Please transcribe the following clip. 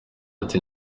ati